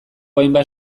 hainbat